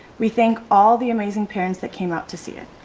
we thank all the amazing parents that came out to see it.